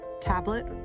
tablet